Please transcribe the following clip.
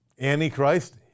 Antichrist